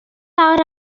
fawr